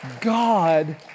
God